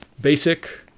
basic